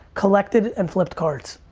collected and flipped cards.